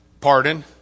Pardon